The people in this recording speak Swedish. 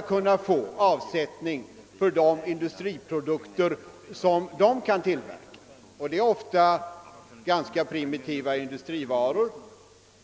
krav på att få avsättning för de industriprodukter man där kan tillverka. Det är ofta fråga om ganska primitiva industrivaror.